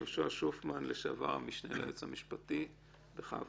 יהושע שופמן, לשעבר המשנה ליועץ המשפטי, בכבוד.